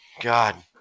God